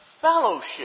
fellowship